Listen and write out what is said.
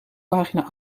pagina